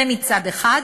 זה מצד אחד.